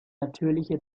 natürliche